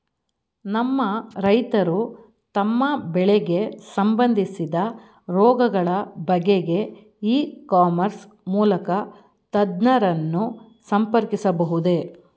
ನಮ್ಮ ರೈತರು ತಮ್ಮ ಬೆಳೆಗೆ ಸಂಬಂದಿಸಿದ ರೋಗಗಳ ಬಗೆಗೆ ಇ ಕಾಮರ್ಸ್ ಮೂಲಕ ತಜ್ಞರನ್ನು ಸಂಪರ್ಕಿಸಬಹುದೇ?